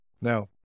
now